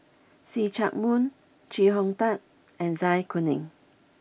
see Chak Mun Chee Hong Tat and Zai Kuning